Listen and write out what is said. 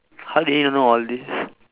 how did you know all these